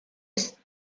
ist